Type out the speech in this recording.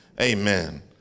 Amen